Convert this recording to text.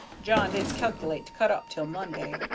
john didn't calc'late to cut up till monday.